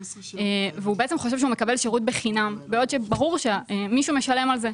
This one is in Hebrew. והוא חושב שהוא מקבל שירות בחינם בעוד שברור שמי שמשלם על זה,